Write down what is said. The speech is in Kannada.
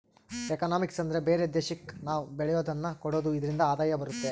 ಎಕನಾಮಿಕ್ಸ್ ಅಂದ್ರೆ ಬೇರೆ ದೇಶಕ್ಕೆ ನಾವ್ ಬೆಳೆಯೋದನ್ನ ಕೊಡೋದು ಇದ್ರಿಂದ ಆದಾಯ ಬರುತ್ತೆ